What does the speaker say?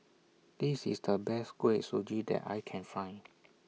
This IS The Best Kuih Suji that I Can Find